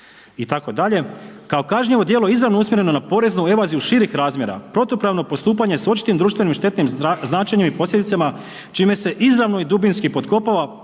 i tako dalje,